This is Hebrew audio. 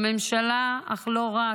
בממשלה, אך לא רק.